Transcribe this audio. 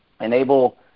enable